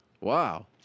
wow